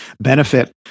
benefit